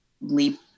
leap